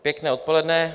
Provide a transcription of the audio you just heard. Pěkné odpoledne.